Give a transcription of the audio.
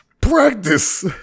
practice